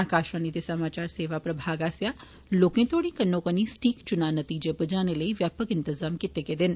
आकाशवाणी दे समाचार सेवा प्रभाग आसेआ लोकें तोहड़ी कन्नो कन्नी सटीक च्नावी नतीजे प्जाने लेई व्यापक इंतजाम कीते गेदे न